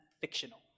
fictional